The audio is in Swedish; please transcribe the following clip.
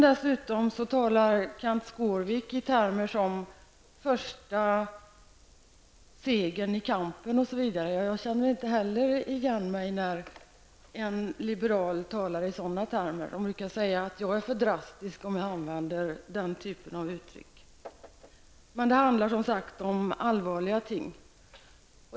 Dessutom använder Kenth Skårvik termer som ''första segern i kampen''. Jag känner inte alls igen mig när en liberal talar i sådana termer. De brukar säga att jag är för drastisk om jag använder den typen av uttryck. Men det handlar som sagt om allvarliga ting.